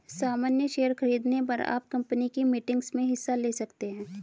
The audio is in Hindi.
सामन्य शेयर खरीदने पर आप कम्पनी की मीटिंग्स में हिस्सा ले सकते हैं